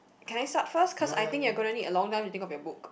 can I start first cause I think you gonna need a long time to think of your book